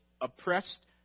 ...oppressed